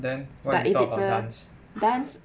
but if it's a dance